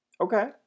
Okay